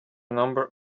number